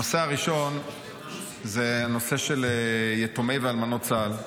הנושא הראשון זה הנושא של יתומי ואלמנות צה"ל.